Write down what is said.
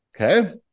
okay